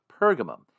Pergamum